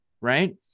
right